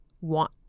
want